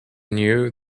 knew